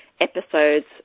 episodes